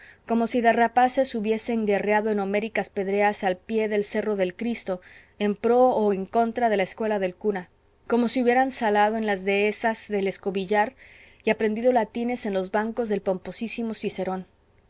como si de rapaces hubiesen guerreado en homéricas pedreas al pie del cerro del cristo en pro o en contra de la escuela del cura como si hubieran salado en las dehesas del escobillar y aprendido latines en los bancos del pomposísimo cicerón